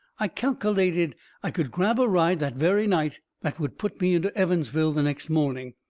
i calkelated i could grab a ride that very night that would put me into evansville the next morning.